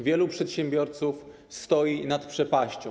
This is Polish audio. Wielu przedsiębiorców stoi nad przepaścią.